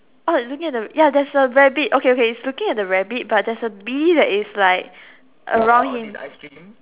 oh looking at the ya there's a rabbit okay okay it's looking at the rabbit but there is a bee that is like around him